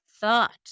thought